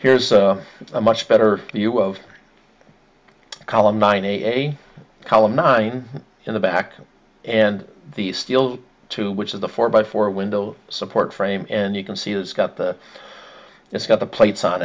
here's a much better view of column nine a column nine in the back and the steel two which is the four by four window support frame and you can see it's got the it's got the plates on